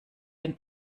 den